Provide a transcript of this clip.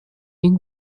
این